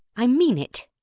i mean it.